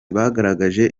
bagaragaje